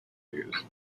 reviews